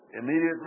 Immediately